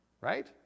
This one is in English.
right